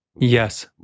Yes